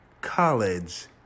College